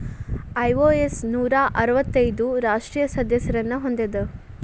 IOS ನೂರಾ ಅರ್ವತ್ತೈದು ರಾಷ್ಟ್ರೇಯ ಸದಸ್ಯರನ್ನ ಹೊಂದೇದ